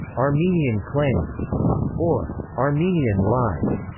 armenian claims or armenian lies,